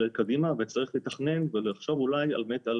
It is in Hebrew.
אלא להביט קדימה וצריך לתכנן ולחשוב אולי באמת על